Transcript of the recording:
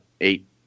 Eight